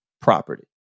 property